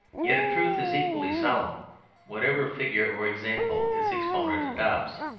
yet a truth is equally solemn whatever figure or example its exponent adopts.